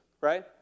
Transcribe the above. right